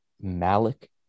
Malik